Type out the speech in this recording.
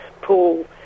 Paul